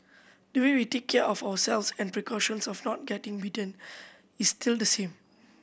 the way we take care of ourselves and precautions of not getting bitten is still the same